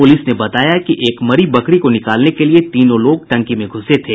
police ने बताया कि एक मरी बकरी को निकालने के लिये तीनों लोग टंकी में घुसे थे